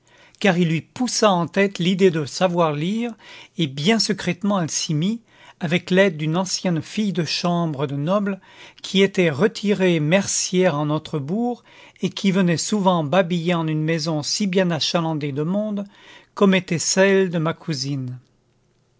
car il lui poussa en tête l'idée de savoir lire et bien secrètement elle s'y mit avec l'aide d'une ancienne fille de chambre de noble qui était retirée mercière en notre bourg et qui venait souvent babiller en une maison si bien achalandée de monde comme était celle de ma cousine